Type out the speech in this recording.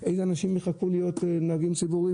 אילו אנשים יחכו כדי לקבל אישור ללמוד להיות נהגים ציבוריים